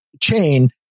chain